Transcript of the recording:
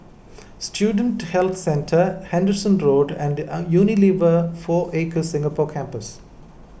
Student Health Centre Henderson Road and Unilever four Acres Singapore Campus